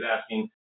asking